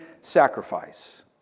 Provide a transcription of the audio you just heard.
sacrifice